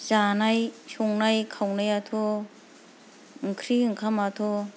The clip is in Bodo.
जानाय संनाय खावनायाथ' ओंख्रि ओंखामाथ'